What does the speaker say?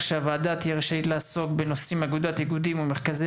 הוועדה תהיה רשאית לעסוק בנושאים: אגודת/איגודים ומרכזי